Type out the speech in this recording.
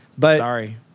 Sorry